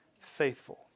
faithful